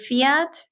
fiat